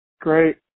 Great